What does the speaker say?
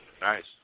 Nice